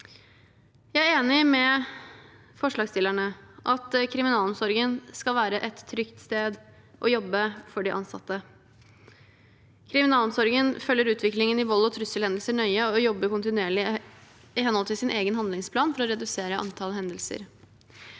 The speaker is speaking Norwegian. Jeg er enig med forslagsstillerne i at kriminalomsorgen skal være et trygt sted å jobbe for de ansatte. Kriminalomsorgen følger utviklingen i vold- og trusselhendelser nøye og jobber kontinuerlig i henhold til egen handlingsplan for å redusere antall hendelser.